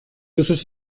usos